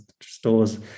stores